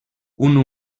una